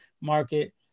market